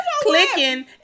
clicking